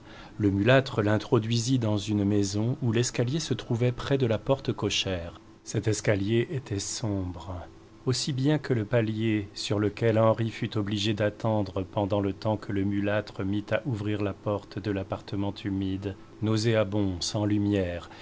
le mulâtre l'introduisit dans une maison où l'escalier se trouvait près de la porte cochère cet escalier était sombre aussi bien que le palier sur lequel henri fut obligé d'attendre pendant le temps que le mulâtre mit à ouvrir la porte d'un appartement humide nauséabond sans lumière